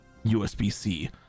USB-C